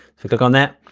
if you click on that,